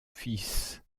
fils